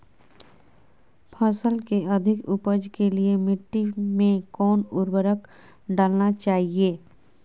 फसल के अधिक उपज के लिए मिट्टी मे कौन उर्वरक डलना चाइए?